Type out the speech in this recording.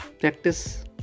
practice